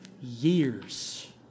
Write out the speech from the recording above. years